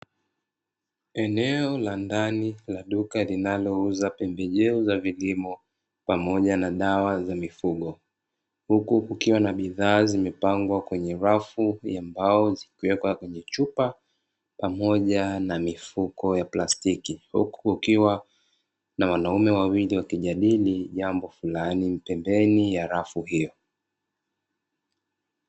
Eneo la ndani la duka linalouza pembejeo za vilimo pamoja na dawa za mifugo, huku kukiwa na bidhaa zimepangwa kwenye rafu ya mbao zikiwekwa kwenye chupa pamoja na mifuko ya plastiki, huku kukiwa na wanaume wawili wakijadili jambo fulani pembeni ya rafu hiyo.